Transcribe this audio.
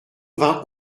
vingt